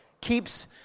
keeps